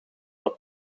dat